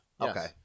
Okay